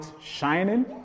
shining